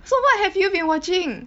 so what have you been watching